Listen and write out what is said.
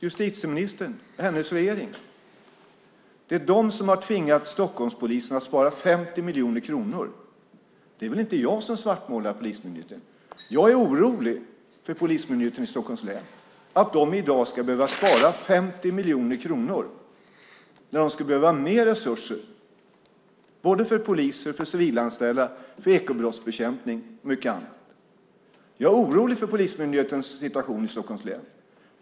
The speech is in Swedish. Justitieministern och hennes regering är de som har tvingat Stockholmspolisen att spara 50 miljoner kronor. Det är väl inte jag som svartmålar polismyndigheten. Jag är orolig för att Polismyndigheten i Stockholms län i dag ska behöva spara 50 miljoner kronor när de i stället skulle behöva mer resurser till poliser, civilanställda, ekobrottsbekämpning och mycket annat. Jag är alltså orolig för situationen beträffande Polismyndigheten i Stockholms län.